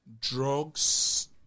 drugs